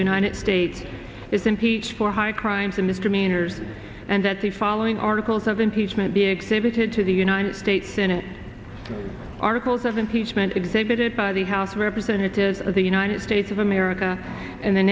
united states is impeached for high crimes and misdemeanors and that the following articles of impeachment be exhibited to the united states senate articles of impeachment exhibited by the house of representatives of the united states of america and the